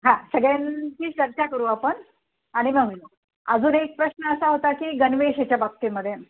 हां सगळ्यांशी चर्चा करू आपण आणि मग अजून एक प्रश्न असा होता की गणवेशाच्या बाबतीमध्ये